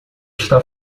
está